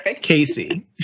Casey